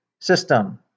system